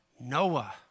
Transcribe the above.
Noah